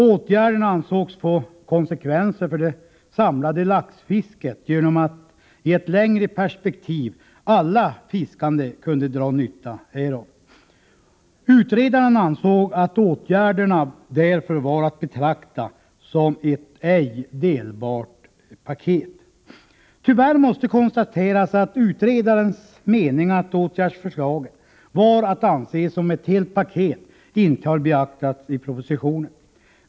Åtgärderna ansågs få konsekvenser för det samlade laxfisket genom att alla fiskande i ett längre perspektiv kunde dra nytta av dem. Utredaren ansåg att åtgärderna därför var att betrakta som ett ej delbart paket. Tyvärr måste konstateras att utredarens mening att åtgärdsförslagen var att anse som ett helt paket inte har beaktats i propositionen.